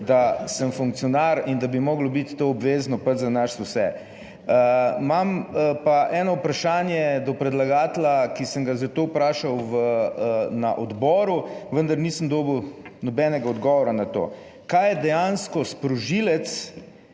da sem funkcionar in da bi moralo biti to obvezno pač za nas vse. Imam pa eno vprašanje do predlagatelja, ki sem ga za to vprašal na odboru, vendar nisem dobil nobenega odgovora na to: kaj je dejansko sprožilec,